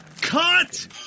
Cut